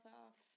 off